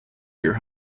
year